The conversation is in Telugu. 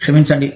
క్షమించండి